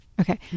okay